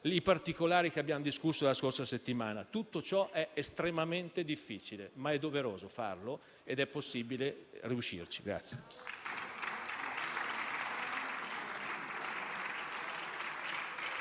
i particolari che abbiamo discusso la scorsa settimana. Tutto ciò è estremamente difficile, ma è doveroso farlo ed è possibile riuscirci.